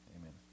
Amen